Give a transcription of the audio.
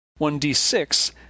1d6